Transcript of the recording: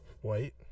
white